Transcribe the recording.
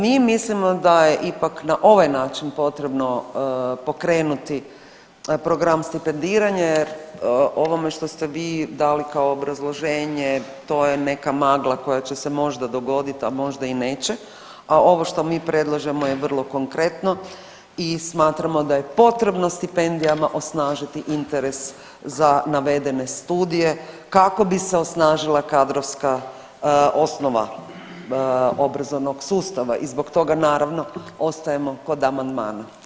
Mi mislimo da je ipak na ovaj način potrebno pokrenuti program stipendiranja, jer ovo što ste vi dali kao obrazloženje to je neka magla koja će se možda dogoditi, a možda i neće, a ovo što mi predlažemo je vrlo konkretno i smatramo da je potrebno stipendijama osnažiti interes za navedene studije kako bi se osnažila kadrovska osnova obrazovnog sustava i zbog toga naravno ostajemo kod amandmana.